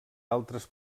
altres